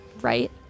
right